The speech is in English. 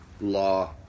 law